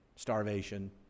starvation